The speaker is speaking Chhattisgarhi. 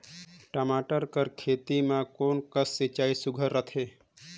टमाटर कर खेती म कोन कस सिंचाई सुघ्घर रथे?